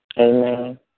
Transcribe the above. Amen